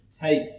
take